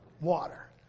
Water